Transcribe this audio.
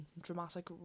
dramatic